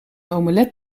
omelet